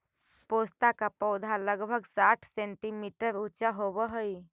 पोस्ता का पौधा लगभग साठ सेंटीमीटर ऊंचा होवअ हई